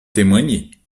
témoigner